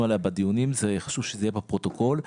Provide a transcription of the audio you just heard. עליה בדיונים וחשוב שזה יהיה בפרוטוקול.